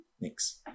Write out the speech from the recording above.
next